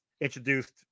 introduced